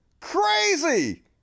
crazy